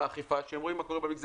אתה אומר אכיפה בררנית,